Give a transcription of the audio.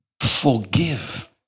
forgive